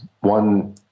one